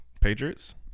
Patriots